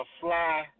fly